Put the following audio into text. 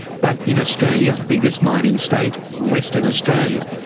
but in australia's biggest mining state, western australia,